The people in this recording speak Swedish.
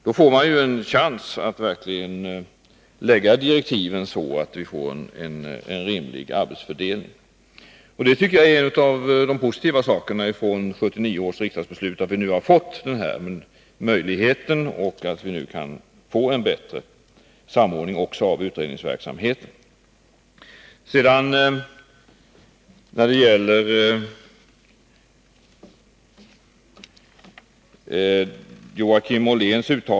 Då får man en chans att utforma direktiven så att vi får en rimlig arbetsfördelning. Jag tycker att det är en av de positiva sakerna från 1979 års riksdagsbeslut, att vi nu har fått möjligheten till en bättre samordning också av utredningsverksamheten.